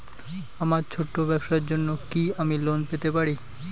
আমার ছোট্ট ব্যাবসার জন্য কি আমি লোন পেতে পারি?